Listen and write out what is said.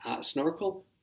snorkel